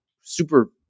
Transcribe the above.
super